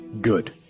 Good